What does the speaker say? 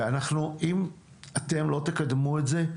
אם לא תקדמו את זה,